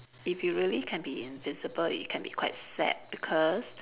if you really can be invisible it can be quite sad because